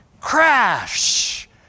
Crash